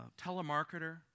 telemarketer